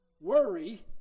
worry